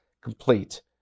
complete